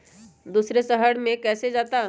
दूसरे शहर मे कैसे जाता?